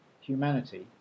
humanity